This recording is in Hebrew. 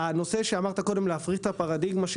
הנושא שאמרת קודם להפריך את הפרדיגמה של